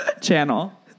channel